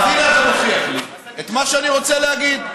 אז הינה, אתה מוכיח לי את מה שאני רוצה להגיד.